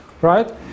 right